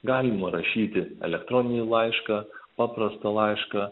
galima rašyti elektroninį laišką paprastą laišką